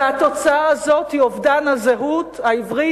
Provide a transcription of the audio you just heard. התוצאה הזאת היא אובדן הזהות העברית